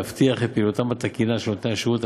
להבטיח את פעילותם התקינה של נותני שירותי